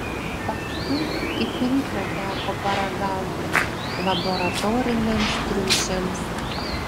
paskui iprito teko paragauti laboratoriniams triušiams